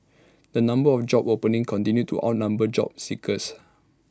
the number of job openings continued to outnumber job seekers